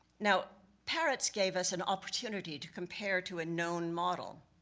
now parrots gave us an opportunity to compare to a known model.